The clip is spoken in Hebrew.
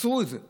עצרו את זה.